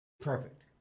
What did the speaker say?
perfect